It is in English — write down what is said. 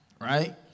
right